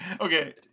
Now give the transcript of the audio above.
okay